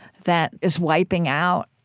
that is wiping out